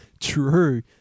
True